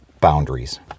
Boundaries